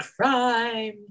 crime